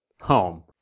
home